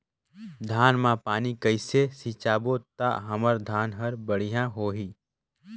धान मा पानी कइसे सिंचबो ता हमर धन हर बढ़िया होही?